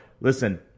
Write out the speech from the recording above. listen